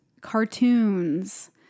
cartoons